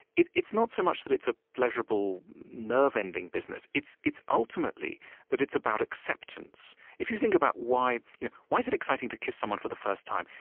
it's not so much that it's a pleasurable nerve-ending business it's it's ultimately that it's about acceptance if you think about why you know why is it exciting to kiss someone for the first time?